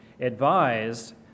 advised